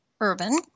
Urban